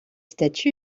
statue